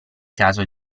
caso